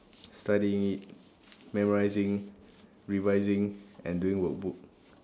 studying it memorising revising and doing workbook